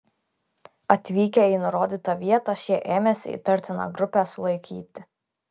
atvykę į nurodytą vietą šie ėmėsi įtartiną grupę sulaikyti